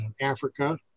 Africa